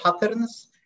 patterns